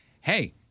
hey